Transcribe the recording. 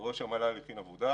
ראש המל"ל הכין עבודה.